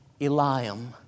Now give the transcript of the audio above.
Eliam